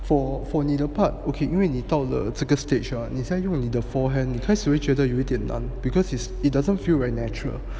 for for 你的 part okay 因为你到了这个 stage ah 你先在用你的 forehand 开始会觉得有点难 because is it doesn't feel very natural